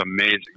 amazing